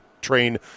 train